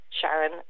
Sharon